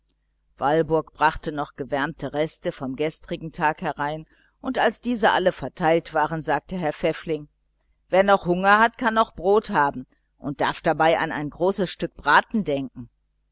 walburg brachte noch gewärmte reste vom gestrigen tag herein und als diese alle verteilt waren sagte herr pfäffling wer jetzt noch hunger hat kann noch brot haben und darf dabei an ein großes stück braten denken